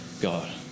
God